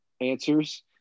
answers